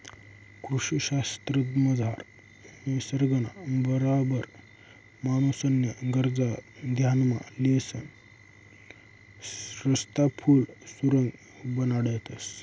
कृषी शास्त्रमझार निसर्गना बराबर माणूसन्या गरजा ध्यानमा लिसन रस्ता, पुल, सुरुंग बनाडतंस